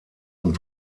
und